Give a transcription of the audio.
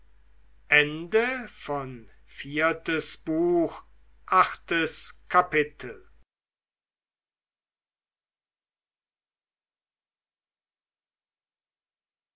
viertes buch erstes kapitel